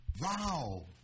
Wow